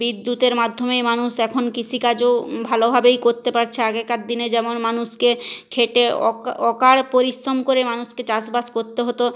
বিদ্যুতের মাধ্যমে মানুষ এখন কৃষিকাজও ভালোভাবেই করতে পারছে আগেকার দিনে যেমন মানুষকে খেটে অকা অকার পরিশ্রম করে মানুষকে চাষবাস করতে হতো